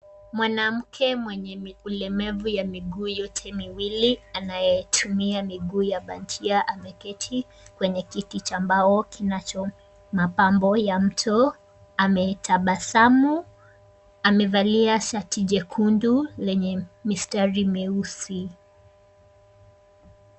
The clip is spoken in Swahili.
Mwanamke mwenye ulemavu ya miguu yote miwili anayetumia miguu ya bandia, ameketi kwenye kiti cha mbao kinacho mapambo ya mvuto ametabasamu. Amevalia shati nyekundu lenye mistari meusi.